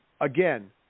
Again